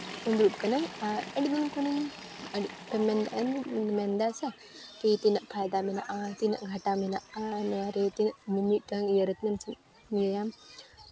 ᱫᱩᱲᱩᱵ ᱠᱟᱹᱱᱟᱹᱧ ᱟᱨ ᱟᱹᱰᱤ ᱫᱤᱱ ᱠᱷᱚᱱᱤᱧ ᱢᱮᱱᱫᱟ ᱥᱮ ᱠᱤ ᱛᱤᱱᱟᱹᱜ ᱯᱷᱟᱭᱫᱟ ᱢᱮᱱᱟᱜᱼᱟ ᱛᱤᱱᱟᱹᱜ ᱜᱷᱟᱴᱟ ᱢᱮᱱᱟᱜᱼᱟ ᱱᱚᱣᱟᱨᱮ ᱛᱤᱱᱟᱹᱜ ᱢᱤᱫᱴᱟᱱ ᱤᱭᱟᱹᱨᱮ